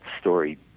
story